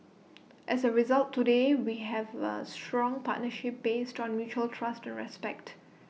as A result today we have A strong partnership based on mutual trust and respect